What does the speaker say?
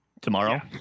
tomorrow